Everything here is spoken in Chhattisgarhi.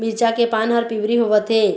मिरचा के पान हर पिवरी होवथे?